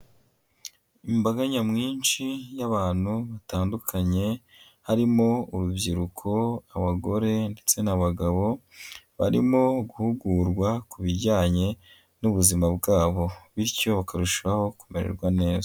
Imbaga nyamwinshi y'abantu batandukanye, harimo urubyiruko, abagore ndetse n'abagabo barimo guhugurwa ku bijyanye n'ubuzima bwabo bityo bakarushaho kumererwa neza.